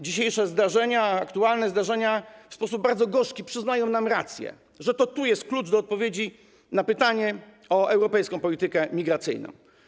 Dzisiejsze zdarzenia, aktualne zdarzenia w sposób bardzo gorzki przyznają nam rację, że tu jest klucz do odpowiedzi na pytanie o europejską politykę migracyjną.